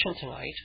tonight